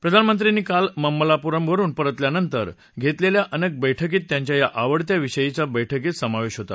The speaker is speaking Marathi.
प्रधानमंत्र्यांनी काल माम्मलापूरमवरुन परतल्यानंतर घेतलेल्या अनेक बैठकीत त्यांच्या या आवडत्या विषयाच्या बैठकीचा समावेश होता